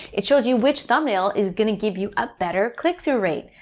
it shows you which thumbnail is going to give you a better click-through rate.